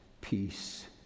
peace